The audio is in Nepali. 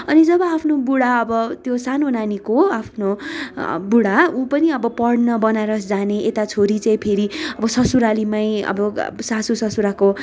अनि जब आफ्नो बुढा अब त्यो सानो नानीको आफ्नो बुढा ऊ पनि अब पढ्न बनारस जाने यता छोरी चाहिँ फेरि म ससुरालीमै अब सासु ससुराको